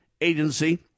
agency